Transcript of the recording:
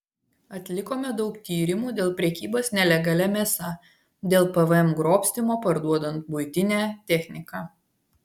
atlikome daug tyrimų dėl prekybos nelegalia mėsa dėl pvm grobstymo parduodant buitinę techniką